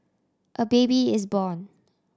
a baby is born